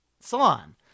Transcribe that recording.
salon